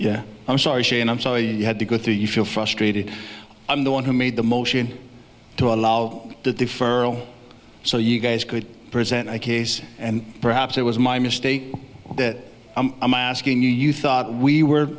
yeah i'm sorry shane i'm sorry you had to go through you feel frustrated i'm the one who made the motion to allow the deferral so you guys could present my case and perhaps it was my mistake that i'm asking you you thought we we're